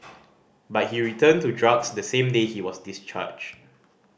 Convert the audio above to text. but he returned to drugs the same day he was discharged